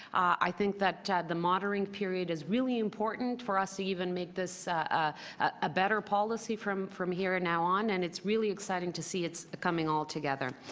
i think that the monitoring monitoring period is really important for us, even make this ah a better policy from from here and now on, and it's really exciting to see it's coming all together.